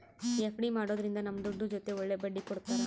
FD ಮಾಡೋದ್ರಿಂದ ನಮ್ ದುಡ್ಡು ಜೊತೆ ಒಳ್ಳೆ ಬಡ್ಡಿ ಕೊಡ್ತಾರ